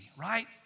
right